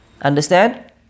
Understand